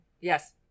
Yes